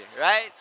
right